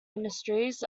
ministries